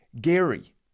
Gary